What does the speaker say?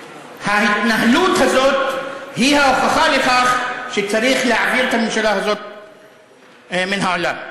ההתנהלות הזאת היא ההוכחה לכך שצריך להעביר את הממשלה הזאת מן העולם.